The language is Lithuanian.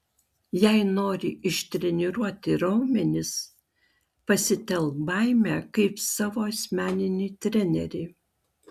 jei nori ištreniruoti raumenis pasitelk baimę kaip savo asmeninį trenerį